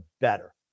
better